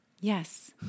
Yes